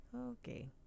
Okay